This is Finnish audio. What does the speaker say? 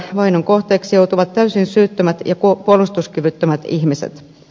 vainon kohteeksi joutuvat täysin syyttömät ja puolustuskyvyttömät ihmiset